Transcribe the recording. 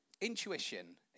intuition